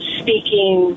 speaking